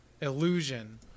illusion